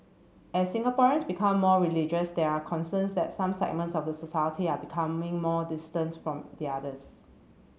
as Singaporeans become more religious there are concerns that some segments of the society are becoming more distant from the others